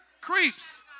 Creeps